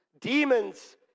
demons